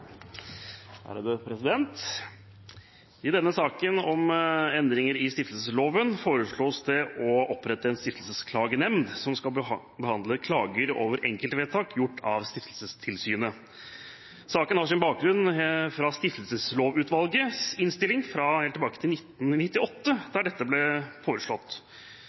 nr. 2. I denne saken om endringer i stiftelsesloven foreslås det å opprette en stiftelsesklagenemnd som skal behandle klager over enkeltvedtak gjort av Stiftelsestilsynet. Saken har sin bakgrunn fra Stiftelseslovutvalgets innstilling fra helt tilbake til 1998, der dette ble foreslått.